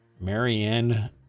Marianne